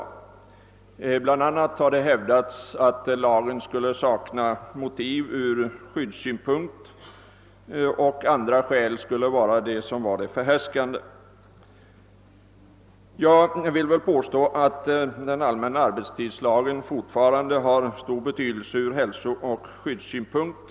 Det har hävdats att det saknas motiv att i en arbetstidslag beakta skyddssynpunkter och att det varit andra skäl som föranlett att förslaget framlagts. Jag vill påstå att den allmänna arbetstidslagen fortfarande har stor betydelse från hälsooch skyddssynpunkt.